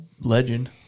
legend